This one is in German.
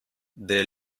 der